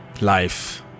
life